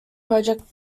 project